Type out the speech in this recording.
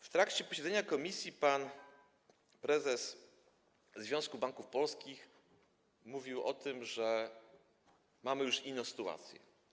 W trakcie posiedzenia komisji pan prezes Związku Banków Polskich mówił o tym, że mamy już inną sytuację.